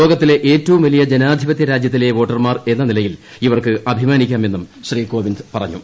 ലോകത്തിലെ ഏറ്റവും വലിയ ജനാധിപത്യ രാജ്യത്തിലെ വോട്ടർമാർ എന്ന നിലയിൽ ഇവർക്ക് അഭിമാനിക്കാമെന്നും ശ്രീ കോവിന്ദ് പറഞ്ഞു